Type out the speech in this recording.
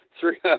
three